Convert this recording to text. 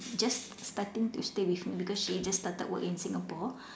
just starting to stay with me because she just started work in Singapore